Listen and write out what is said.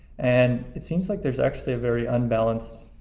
and it seems like there's actually a very unbalanced